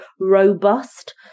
robust